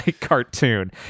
cartoon